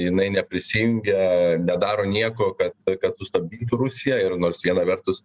jinai neprisijungia nedaro nieko kad kad sustabdytų rusiją ir nors viena vertus